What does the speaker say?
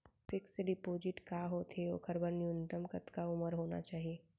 Fix deposit का होथे ओखर बर न्यूनतम कतका उमर होना चाहि?